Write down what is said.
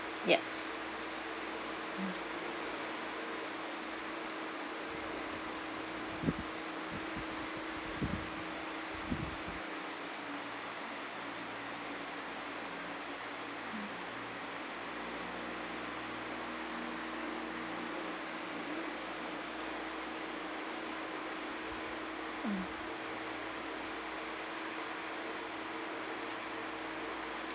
yes